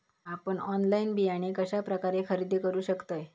आपन ऑनलाइन बियाणे कश्या प्रकारे खरेदी करू शकतय?